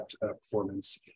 performance